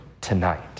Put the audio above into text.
tonight